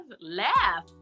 Laugh